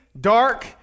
dark